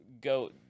go